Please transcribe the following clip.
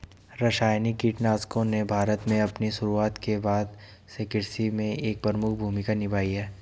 रासायनिक कीटनाशकों ने भारत में अपनी शुरूआत के बाद से कृषि में एक प्रमुख भूमिका निभाई है